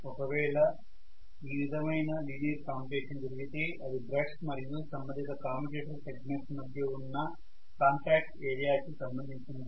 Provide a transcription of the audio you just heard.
ఒకవేళ ఈ విధమైన లీనియర్ కామ్యుటేషన్ జరిగితే అది బ్రష్ మరియు సంబంధిత కామ్యుటేటర్ సెగ్మెంట్ మధ్య ఉన్న కాంటాక్ట్ ఏరియాకి సంబంధించినది